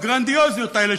הגרנדיוזיות האלה,